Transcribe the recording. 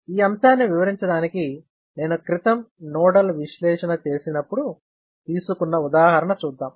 ఈ అంశాన్ని వివరించడానికి నేను క్రితం నోడల్ విశ్లేషణ చేసినప్పుడు తీసుకున్న ఉదాహరణ చూద్దాం